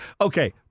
Okay